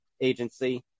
agency